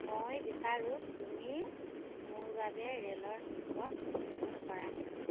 মই বিচাৰোঁ তুমি মোৰ বাবে ৰে'লৰ টিকট বুক কৰা